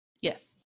Yes